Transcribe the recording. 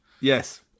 yes